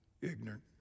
ignorant